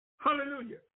Hallelujah